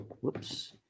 whoops